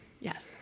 Yes